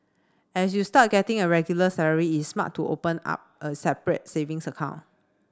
as you start getting a regular salary is smart to open up a separate savings account